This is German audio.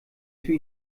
für